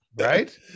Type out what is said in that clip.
right